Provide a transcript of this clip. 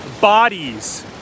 bodies